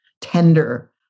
tender